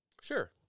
Sure